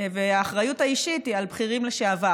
והאחריות האישית היא על בכירים לשעבר.